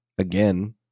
again